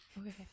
okay